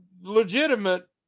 legitimate